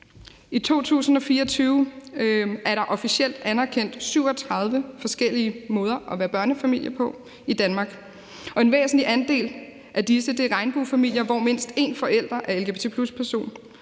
I 2024 officielt anerkendt 37 forskellige måder at være børnefamilier på i Danmark, og en væsentlig andel af disse er regnbuefamilier, hvor mindst én forælder er en